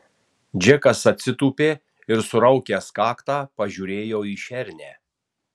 džekas atsitūpė ir suraukęs kaktą pažiūrėjo į šernę